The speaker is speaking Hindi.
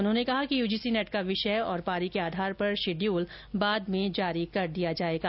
उन्होंने कहा कि यूजीसी नेट का विषय और पारी के आधार पर शेड्यूल बाद में जारी कर दिया जाएगा